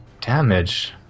damage